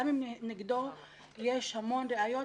גם אם נגדו יש המון ראיות